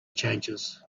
changes